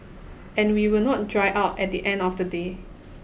and we will not dry out at the end of the day